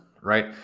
right